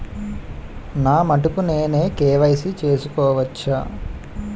నా మటుకు నేనే కే.వై.సీ చేసుకోవచ్చా?